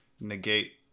negate